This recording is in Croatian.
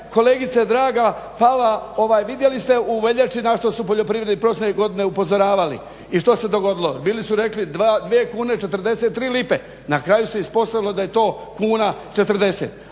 kolegice draga pala, vidjeli ste u veljači na što su poljoprivredni prosvjedi prošle godine upozoravali i što se dogodilo. Bili su rekli 2 kune i 43 lipe. Na kraju se ispostavilo da je to kuna 40,